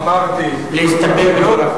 לא, איתן, אמרתי, להסתפק.